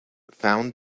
found